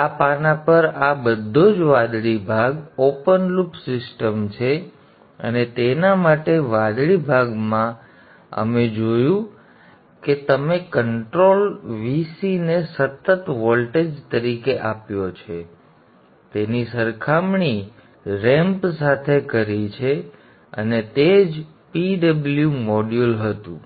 આ પાના પર આ બધો જ વાદળી ભાગ ઓપન લૂપ સિસ્ટમ છે અને તેના માટે વાદળી ભાગમાં અમે જોયું કે તમે કન્ટ્રોલ Vc ને સતત વોલ્ટેજ તરીકે આપ્યો છે તેની સરખામણી રેમ્પ સાથે કરી છે અને તે જ PW મોડ્યુલ હતું